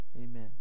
Amen